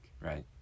right